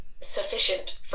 sufficient